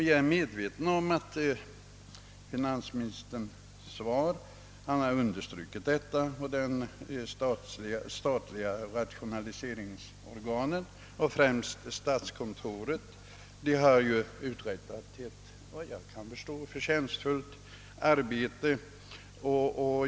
Jag är medveten om — finansministern har understrukit samma sak i sitt svar — att de statliga rationaliseringsorganen, främst statskontoret, har uträttat ett förtjänstfullt arbete.